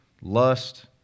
lust